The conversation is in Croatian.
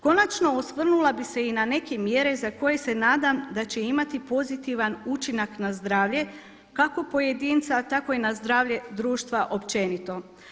Konačno osvrnula bih se i na neke mjere za koje se nadam da će imati pozitivan učinak na zdravlje kako pojedinca tako i na zdravlje društva općenito.